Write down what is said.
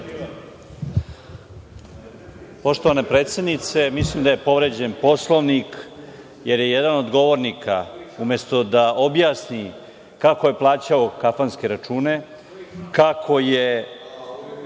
Poštovana predsednice, mislim da je povređen Poslovnik, jer je jedan od govornika umesto da objasni kako je plaćao kafanske računa, kako se